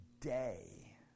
day